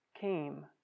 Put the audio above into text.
came